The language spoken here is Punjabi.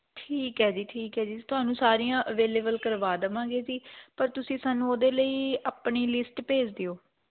ਠੀਕ ਹੈ ਜੀ ਠੀਕ ਹੈ ਜੀ ਤੁਹਾਨੂੰ ਸਾਰੀਆਂ ਅਵੇਲੇਵਲ ਕਰਵਾ ਦੇਵਾਂਗੇ ਜੀ ਪਰ ਤੁਸੀਂ ਸਾਨੂੰ ਉਹਦੇ ਲਈ ਆਪਣੀ ਲਿਸਟ ਭੇਜ਼ ਦਿਓ